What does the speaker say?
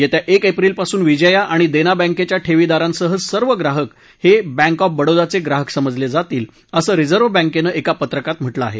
येत्या एक एप्रिलपासून विजया आणि देना बँकेच्या ठेवीदारांसह सर्व ग्राहक हे बँक ऑफ बडोदाचे ग्राहक समजले जातील असं रिजर्व बँकेनं एका पत्रकात म्हटलं आहे